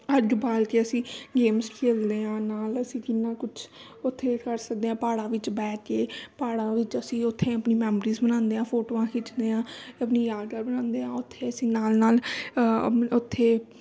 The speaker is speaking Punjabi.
ਅੱਗ ਬਾਲ ਕੇ ਅਸੀਂ ਗੇਮਸ ਖੇਲਦੇ ਹਾਂ ਨਾਲ ਅਸੀਂ ਕਿੰਨਾ ਕੁਛ ਉੱਥੇ ਕਰ ਸਕਦੇ ਹਾਂ ਪਹਾੜਾਂ ਵਿੱਚ ਬਹਿ ਕੇ ਪਹਾੜਾਂ ਵਿੱਚ ਅਸੀਂ ਉੱਥੇ ਆਪਣੀ ਮੈਮਰੀਜ਼ ਬਣਾਉਂਦੇ ਆਂ ਫੋਟੋਆਂ ਖਿੱਚਦੇ ਹਾਂ ਆਪਣੀ ਯਾਦਗਾਰ ਬਣਾਂਦੇ ਹਾਂ ਉੱਥੇ ਅਸੀਂ ਨਾਲ ਨਾਲ ਉੱਥੇ